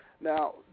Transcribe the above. Now